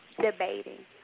debating